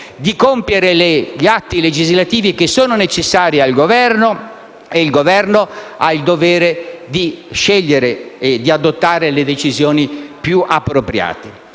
di compiere gli atti legislativi necessari al Governo e il Governo ha il dovere di scegliere e di adottare le decisioni più appropriate.